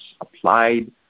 applied